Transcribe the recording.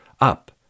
up